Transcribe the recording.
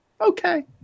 Okay